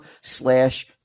slash